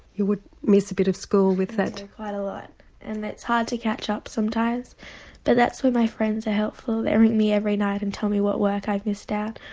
you would miss a bit of school with that. quite a lot and it's hard to catch up sometimes but that's where my friends are helpful, they ring me every night and tell me what work i've missed out.